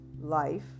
life